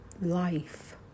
life